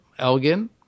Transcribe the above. elgin